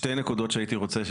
שתי נקודות שהייתי רוצה,